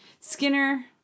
Skinner